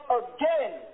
again